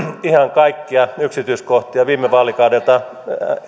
ihan kaikkia yksityiskohtia viime vaalikaudelta